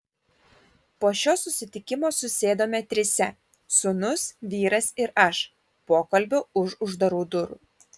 po šio susitikimo susėdome trise sūnus vyras ir aš pokalbio už uždarų durų